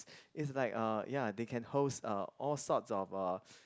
it's like uh ya they can host uh all sorts of uh